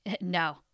no